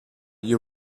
you